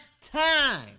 time